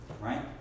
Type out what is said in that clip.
right